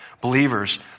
Believers